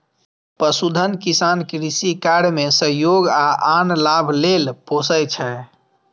पशुधन किसान कृषि कार्य मे सहयोग आ आन लाभ लेल पोसय छै